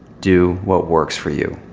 do what works for you.